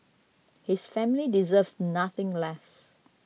his family deserves nothing less